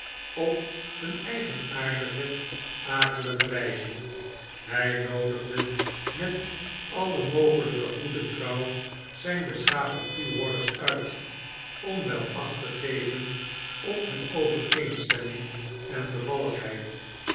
op hun eigenaardige akelige wyze hy noodigde met alle mogelijke goede trouw zyn beschaafde toehoorders uit om wel achttegevenophunovereenstemming en bevalligheid